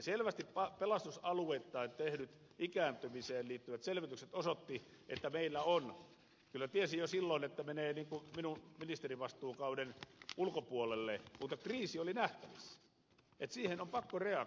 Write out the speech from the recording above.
selvästi pelastusalueittain tehdyt ikääntymiseen liittyvät selvitykset osoittivat että meillä kyllä tiesin jo silloin että menee ministerivastuukauteni ulkopuolelle kriisi oli nähtävissä että siihen on pakko reagoida